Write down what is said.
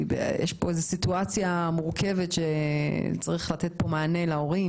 יש פה סיטואציה מורכבת וצריך לתת להורים מענה.